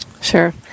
Sure